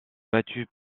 battu